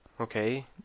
okay